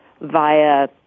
via